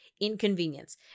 inconvenience